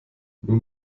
nun